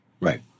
Right